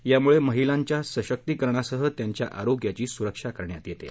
यामुळे महिलांच्या सशक्तीकरणासह त्यांच्या आरोग्याची सुरक्षा करण्यात येत आहे